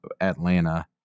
Atlanta